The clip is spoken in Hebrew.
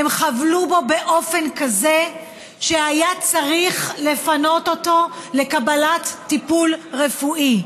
הם חבלו בו באופן כזה שהיה צריך לפנות אותו לקבלת טיפול רפואי.